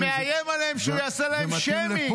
מאיים עליהם שהוא יעשה להם שיימינג.